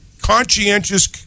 conscientious